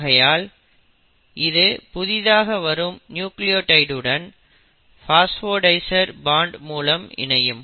ஆகையால் இது புதிதாக வரும் நியூக்ளியோடைடுடன் பாஸ்போடைஸ்டர் பாண்ட் மூலம் இணையும்